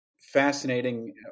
fascinating